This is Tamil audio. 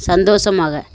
சந்தோஷமாக